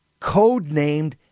codenamed